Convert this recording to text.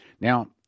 Now